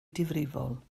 difrifol